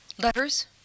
letters